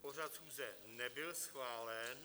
Pořad schůze nebyl schválen.